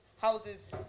houses